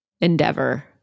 endeavor